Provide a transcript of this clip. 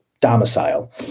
domicile